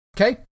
Okay